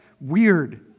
weird